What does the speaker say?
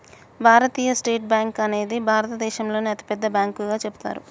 భారతీయ state bank అనేది భారతదేశంలోనే అతిపెద్ద బ్యాంకుగా చెబుతారు